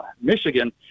Michigan